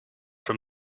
from